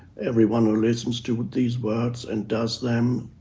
everyone who listens to these words and does them,